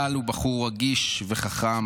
טל הוא בחור רגיש וחכם.